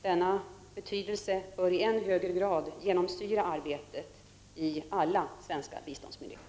Denna betydelse bör i än högre grad genomsyra arbetet i alla svenska biståndsmyndigheter.